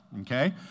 okay